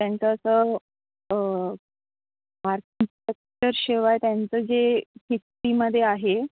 त्यांचं असं शिवाय त्यांचं जे हिस्ट्रीमध्ये आहे